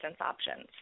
options